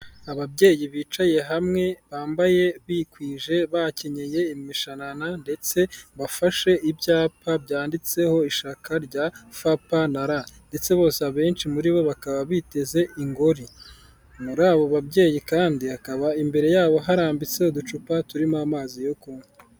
Ababyeyi bicaye hamwe bambaye bikwije bakenyeye imishanana ndetse bafashe ibyapa byanditseho ishyaka rya fapa na r ndetse bose abenshi muri bo bakaba biteze ingori muri abo babyeyi kandi bakaba imbere yabo harambitse uducupa turimo amazi yo kunywa.